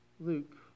Luke